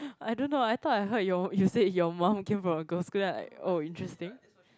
I don't know I thought I heard you say your mom came from a girl school then I like oh interesting